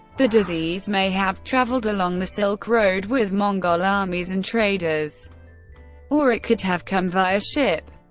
the disease may have travelled along the silk road with mongol armies and traders or it could have come via ship.